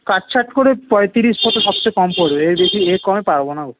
কাটছাঁট করে পঁয়ত্রিশ মতো সবচেয়ে কম পড়বে এর বেশি এর কমে পারব না গো